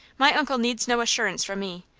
my uncle needs no assurance from me.